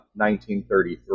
1933